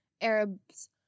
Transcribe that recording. Arabs